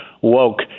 woke